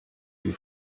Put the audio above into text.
die